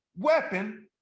weapon